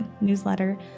newsletter